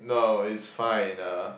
no it's fine uh